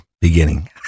beginning